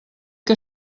que